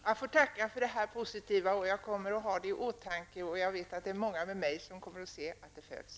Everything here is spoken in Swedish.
Herr talman! Jag får tacka för det här positiva beskedet. Jag kommer att ha det i åtanke, och jag vet att många med mig kommer att kontrollera att det följs.